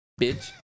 bitch